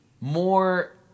more